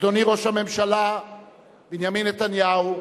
אדוני ראש הממשלה בנימין נתניהו,